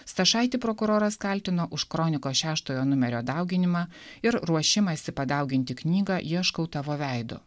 stašaitį prokuroras kaltino už kronikos šeštojo numerio dauginimą ir ruošimąsi padauginti knygą ieškau tavo veido